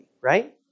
right